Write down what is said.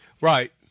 Right